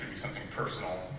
something personal